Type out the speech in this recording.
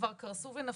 שכבר קרסו ונפלו?